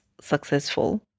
successful